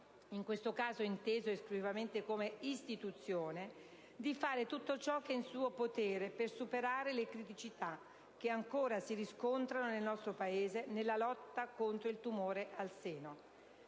in questo caso inteso esclusivamente come istituzione - di fare tutto ciò che è in suo potere per superare le criticità, che ancora si riscontrano nel nostro Paese, nella lotta contro il tumore al seno.